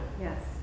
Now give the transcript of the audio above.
Yes